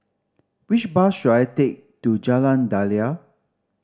which bus should I take to Jalan Daliah